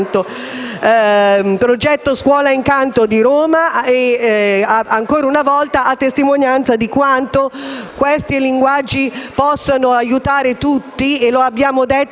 «Progetto scuola inCanto» di Roma, ancora una volta a testimonianza di quanto questi linguaggi possano aiutare tutti. E lo diciamo da